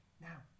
Now